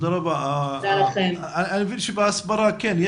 אני מבין שבהסברה כן,